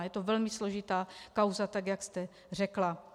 Je to velmi složitá kauza, jak jste řekla.